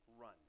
run